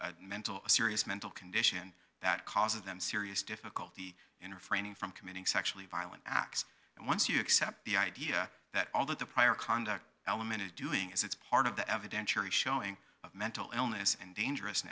has mental a serious mental condition that causes them serious difficulty in or framing from committing sexually violent acts and once you accept the idea that all of the prior conduct element is doing is it's part of the evidentiary showing of mental illness and dangerous